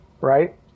right